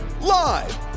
Live